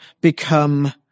become